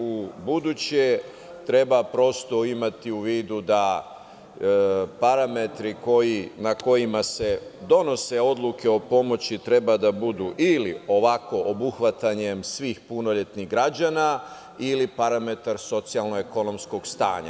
Ubuduće treba prosto imati u vidu da parametri na kojima se donose odluke o pomoći treba da budu ili ovako obuhvatanjem svih punoletnih građana ili parametar socijalno-ekonomskog stanja.